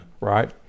right